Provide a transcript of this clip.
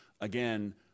again